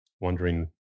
wondering